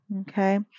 Okay